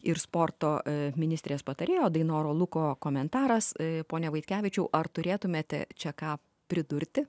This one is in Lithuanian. ir sporto ministrės patarėjo dainoro luko komentaras pone vaitkevičiau ar turėtumėte čia ką pridurti